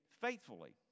faithfully